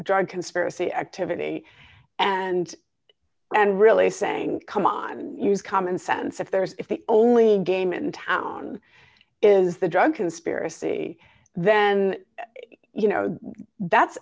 drug conspiracy activity and and really saying come on use common sense if there's if the only game in town is the drug conspiracy then you know that's